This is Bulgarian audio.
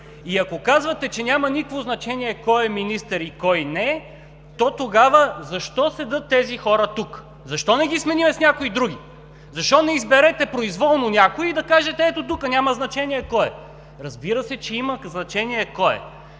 И ако казвате, че няма никакво значение кой е министър и кой не, то тогава защо седят тези хора тук? Защо не ги сменим с някои други? Защо не изберете произволно някой и да кажете: ето тук, няма значение кой е. Разбира се, че има значение кой е.